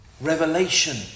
revelation